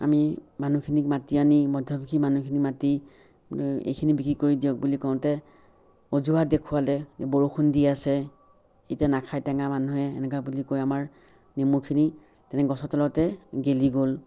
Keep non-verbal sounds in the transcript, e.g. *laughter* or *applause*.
আমি মানুহখিনিক মাতি আনি মধ্যভোগী মানুহখিনিক মাতি এইখিনি বিক্ৰী কৰি দিয়ক বুলি কওঁতে অজুহাত দেখুৱালৈ *unintelligible* বৰষুণ দি আছে এতিয়া নাখাই টেঙা মানুহে এনেকা বুলি কৈ আমাৰ নেমুখিনি তেনে গছৰ তলতে গেলি গ'ল